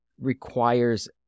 requires